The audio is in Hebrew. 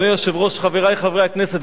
חברי חברי הכנסת,